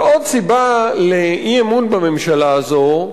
ועוד סיבה לאי-אמון בממשלה הזאת,